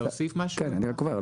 אני רק אומר,